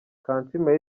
kansiime